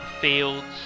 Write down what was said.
fields